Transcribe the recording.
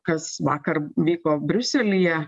kas vakar vyko briuselyje